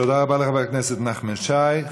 תודה רבה לחבר הכנסת נחמן שי.